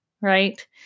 right